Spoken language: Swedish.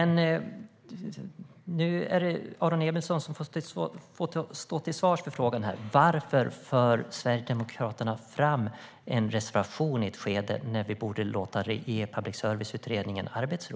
Nu är det Aron Emilsson som får stå till svars för frågan. Varför för Sverigedemokraterna fram en reservation i ett skede när vi borde ge public service-utredningen arbetsro?